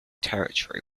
territory